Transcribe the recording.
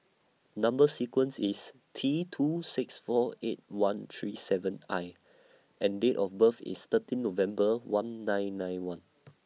Number sequence IS T two six four eight one three seven I and Date of birth IS thirteen November one nine nine one